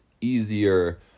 easier